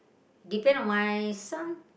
depend on my son